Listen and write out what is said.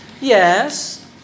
Yes